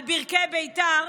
על ברכי בית"ר,